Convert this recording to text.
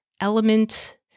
element